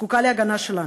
זקוקה להגנה שלנו,